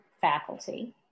faculty